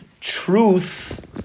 truth